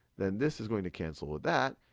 then this is gonna cancel with that,